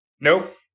Nope